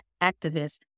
activist